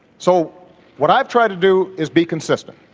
so what i've tried to do is be consistent.